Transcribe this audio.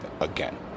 again